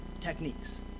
techniques